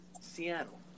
Seattle